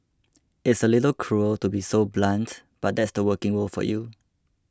it's a little cruel to be so blunt but that's the working world for you